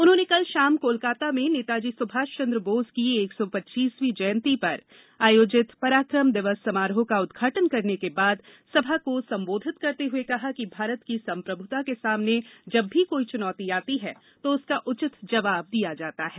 उन्होंने कल शाम कोलंकाता में नेताजी सुभाषचंद्र बोस की एक सौ पच्चीसवीं जयंती पर आयोजित पराक्रम दिवस समारोह का उद्घाटन करने के बाद सभा को संबोधित करते हुए कहा कि भारत की संप्रभुता के सामने जब भी कोई चुनौती आती है तो उसका उचित जवाब दिया जाता है